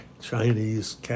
Chinese